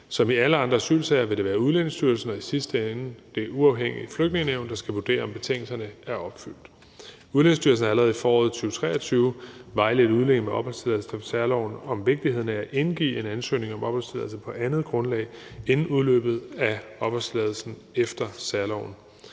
Som i alle andre asylsager vil det være Udlændingestyrelsen og i sidste ende det uafhængige Flygtningenævn, der skal vurdere, om betingelserne er opfyldt. Udlændingestyrelsen har allerede i foråret 2023 vejledt udlændinge med opholdstilladelse efter særloven om vigtigheden af at indgive en ansøgning om opholdstilladelse på andet grundlag end udløbet af opholdstilladelsen efter særloven.